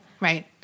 right